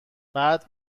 بعد